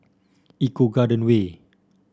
Eco Garden Way